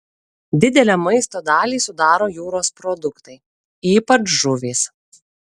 didelę maisto dalį sudaro jūros produktai ypač žuvys